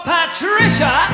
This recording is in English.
Patricia